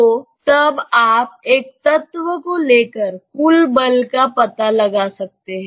तो तब आप एक तत्व को लेकर कुल बल का पता लगा सकते हैं